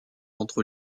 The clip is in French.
entre